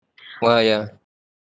!wah! ya